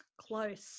Close